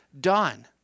done